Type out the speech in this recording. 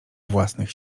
własnych